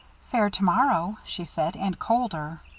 fair to-morrow, she said, and colder.